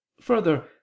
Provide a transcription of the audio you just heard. Further